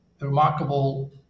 remarkable